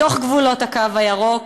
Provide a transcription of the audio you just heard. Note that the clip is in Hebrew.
בתוך גבולות הקו הירוק.